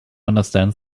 understand